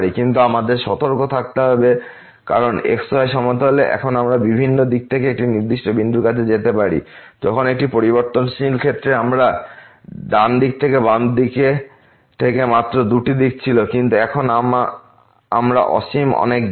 কিন্তু আমাদের সতর্ক থাকতে হবে কারণ xy সমতলে এখন আমরা বিভিন্ন দিক থেকে একটি নির্দিষ্ট বিন্দুর কাছে যেতে পারি যখন একটি পরিবর্তনশীল ক্ষেত্রে আমাদের ডান দিক থেকে বাম দিক থেকে মাত্র দুটি দিক ছিল কিন্তু এখন আমরা অসীম অনেক দিক